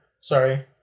sorry